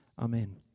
Amen